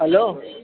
hello